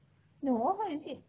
no is it